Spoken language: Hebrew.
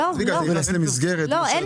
--- לא, אין